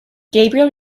gabriel